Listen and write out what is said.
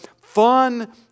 fun